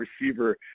receiver